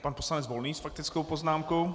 Pan poslanec Volný s faktickou poznámkou.